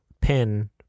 pin